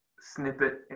snippet